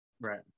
Right